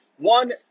One